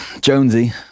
Jonesy